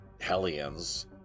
hellions